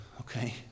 okay